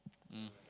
mm